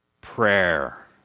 prayer